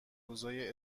روزای